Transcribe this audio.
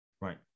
Right